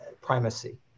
primacy